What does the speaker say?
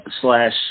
slash